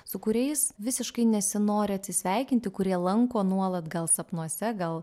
su kuriais visiškai nesinori atsisveikinti kurie lanko nuolat gal sapnuose gal